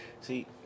see